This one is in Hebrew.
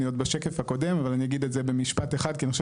אני אגיד את זה במשפט אחד כי אני חושב